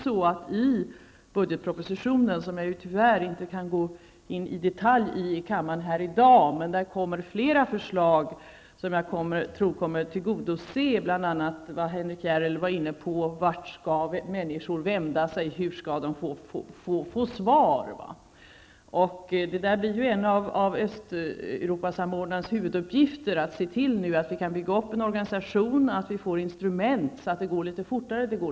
Budgetpropositionen, som jag tyvärr inte i detalj kan gå in i här i dag, innehåller flera förslag som jag tror kommer att tillgodose bl.a. vad Henrik S Järrel var inne på, nämligen vart människor skall vända sig, hur de skall få svar, osv. Det blir en av Östeuropasamordnarens huvuduppgifter att se till att vi kan bygga upp en organisation och att vi får instrument så att det går litet fortare.